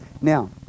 Now